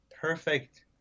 perfect